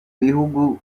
bihugu